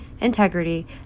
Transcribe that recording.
integrity